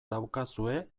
daukazue